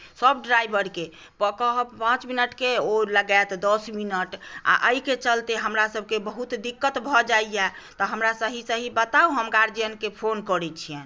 सभ ड्राइवरके कहत पाँच मिनटके ओ लगाएत दस मिनट आ एहिके चलते हमरासभकेँ बहुत दिक्कत भऽ जाइए तऽ हमरा सही सही बताउ हम गार्जियनकेँ फोन करैत छियनि